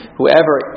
whoever